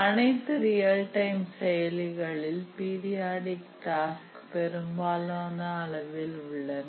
அனைத்து real time செயலிகளில் periodic task பெரும்பாலான அளவில் உள்ளன